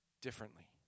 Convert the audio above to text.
differently